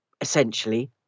essentially